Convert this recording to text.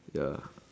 ya